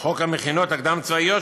חוק המכינות הקדם-צבאיות,